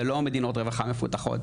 זה לא מדינות רווחה מפותחות,